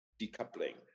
decoupling